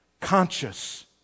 Conscious